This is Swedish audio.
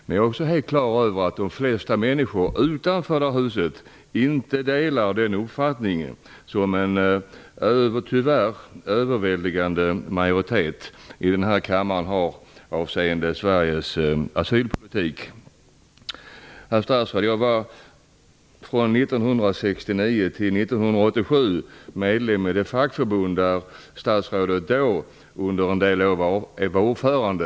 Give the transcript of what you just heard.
Men jag är också klar över att de flesta människor utanför detta hus inte delar den uppfattning som en tyvärr överväldigande majoritet här i kammaren har avseende Sveriges asylpolitik. Herr statsråd! Från 1969 till 1987 var jag medlem i det fackförbund där statsrådet under en del år var ordförande.